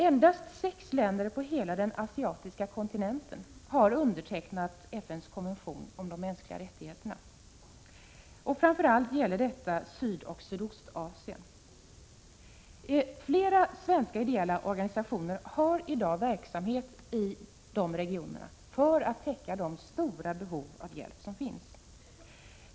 Endast sex länder på hela den asiatiska kontinenten har undertecknat FN:s konvention om de mänskliga rättigheterna. Framför allt gäller detta Sydoch Sydostasien. Flera svenska ideella organisationer har i dag verksamhet i de regionerna för att täcka de stora behov av hjälp som finns.